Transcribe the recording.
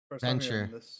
Venture